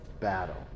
battle